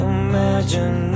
imagine